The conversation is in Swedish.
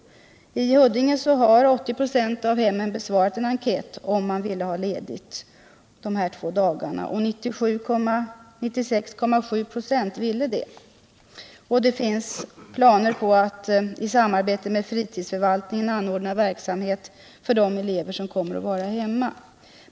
I Huddinge har 80 96 av hemmen besvarat en enkät om man ville ha ledighet dessa två dagar, och 96,7 96 ville det. Det finns planer på att i samarbete med fritidsförvaltningen anordna verksamhet för de elever som kommer att vara hemma.